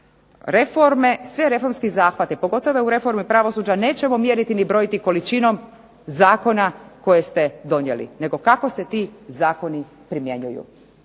svi reformski zahvati, pogotovo u reformi pravosuđa nećemo mjeriti i brojiti količinom Zakona koje ste donijeli nego kako se primjenjuju.